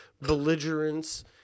belligerence